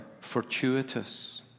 fortuitous